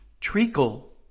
Treacle